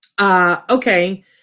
Okay